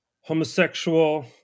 homosexual